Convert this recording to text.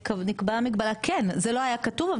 כשנקבעה מגבלה כן, זה לא היה כתוב.